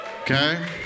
okay